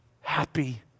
Happy